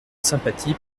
sympathie